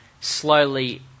slowly